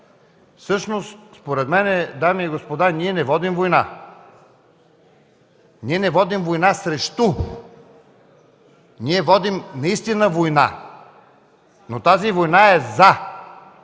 всъщност според мен, дами и господа, ние не водим война. Ние не водим война „срещу”, ние водим наистина война, но тази война е „за”.